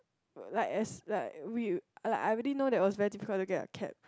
like like we I I already know that it was very difficult to get a cab